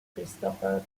christopher